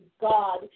God